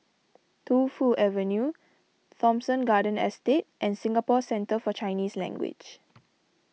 Tu Fu Avenue Thomson Garden Estate and Singapore Centre for Chinese Language